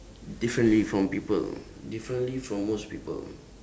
differently from people differently from most people